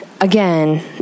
again